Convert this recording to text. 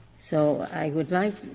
so i would like,